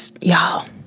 y'all